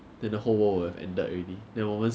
I mean 那些有名牌的